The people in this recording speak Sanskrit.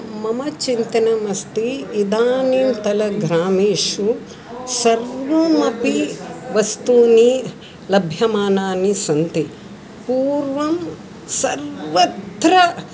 मम चिन्तनमस्ति इदानीन्तन ग्रामेषु सर्वमपि वस्तूनि लभ्यमानानि सन्ति पूर्वं सर्वत्र